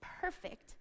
perfect